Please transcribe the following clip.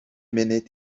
munud